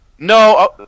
No